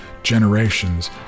generations